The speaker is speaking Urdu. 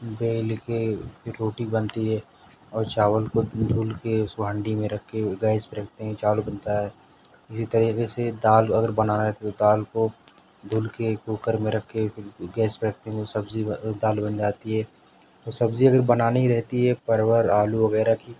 بیل کے پھر روٹی بنتی ہے اور چاول کو دھل کے اس کو ہانڈی میں رکھ کے گیس پہ رکھتے ہیں چاول بنتا ہے اسی طریقے سے دال اگر بنانا رہتا تو دال کو دھل کے کوکر میں رکھ کے پھر گیس پہ رکھتے دیں گے تو سبزی دال بن جاتی ہے تو سبزی اگر بنانی رہتی ہے پرول آلو وغیرہ کی